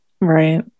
right